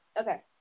Okay